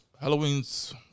Halloween's